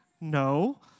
No